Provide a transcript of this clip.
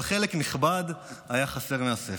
אבל חלק נכבד היה חסר מהספר.